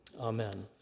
Amen